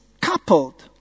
coupled